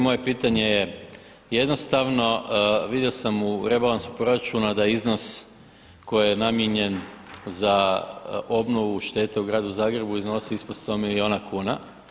Moje pitanje je jednostavno, vidio sam u rebalansu proračuna da iznos koji je namijenjen za obnovu štete u gradu Zagrebu iznosi ispod 100 milijuna kuna.